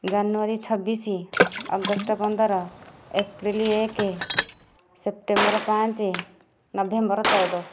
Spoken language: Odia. ଜାନୁଆରୀ ଛବିଶ ଅଗଷ୍ଟ ପନ୍ଦର ଏପ୍ରିଲ ଏକ ସେପ୍ଟେମ୍ବର ପାଞ୍ଚ ନଭେମ୍ବର ଚଉଦ